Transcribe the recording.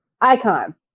Icon